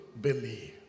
believe